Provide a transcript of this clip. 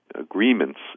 agreements